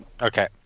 Okay